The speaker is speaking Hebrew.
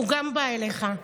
גם הוא בא אליך,